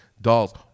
dolls